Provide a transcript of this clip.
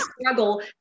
struggle